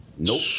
Nope